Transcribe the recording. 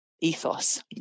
ethos